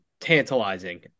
tantalizing